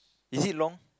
is it long